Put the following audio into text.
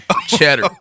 cheddar